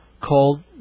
called